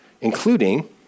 including